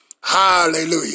Hallelujah